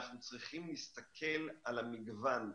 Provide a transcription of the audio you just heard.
אנחנו צריכים להסתכל על המגוון,